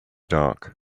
dark